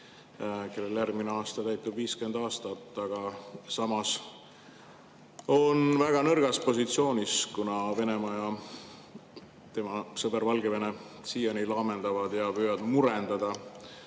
kellel järgmisel aastal täitub 50 aastat, aga samas on väga nõrgas positsioonis, kuna Venemaa ja tema sõber Valgevene siiani laamendavad ja püüavad murendada